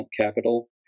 Capital